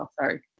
Sorry